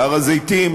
בהר-הזיתים,